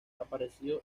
apareció